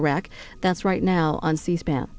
iraq that's right now on c span